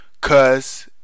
Cause